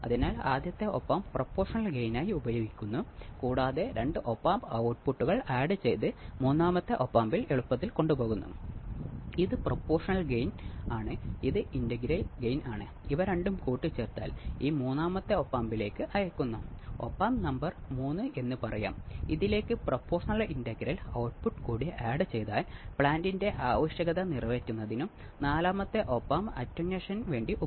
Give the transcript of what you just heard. അതിനാൽ നമ്മൾ എങ്ങനെ രൂപകൽപ്പന ചെയ്യുന്നുവെന്നും ഇൻപുട്ട് നൽകാത്തപ്പോൾ ഓസിലേറ്ററുകളിൽ എങ്ങനെയാണ് ഔട്ട്പുട്ട് ലഭിക്കുന്നതെന്നും കണ്ടു